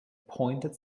pointed